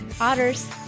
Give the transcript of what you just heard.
Otters